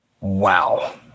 wow